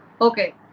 Okay